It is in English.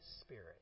Spirit